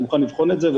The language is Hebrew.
אני מוכן לבחון את זה.